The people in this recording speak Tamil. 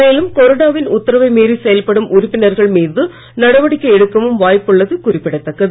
மேலும் கொறடாவின் உத்தரவை மீறி செயல்படும் உறுப்பினர்கள் மீது நடவடிக்கை எடுக்கவும் வாய்ப்புள்ளது குறிப்பிடத்தக்கது